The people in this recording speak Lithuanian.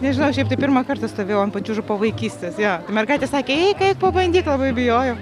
nežinau šiaip tai pirmą kartą stovėjau ant pačiūžų vaikystės jo mergaitės sakė eik eik pabandyk labai bijojau